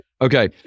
Okay